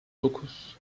dokuz